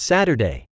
Saturday